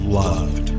loved